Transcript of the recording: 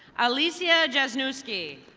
alicia jesnewski.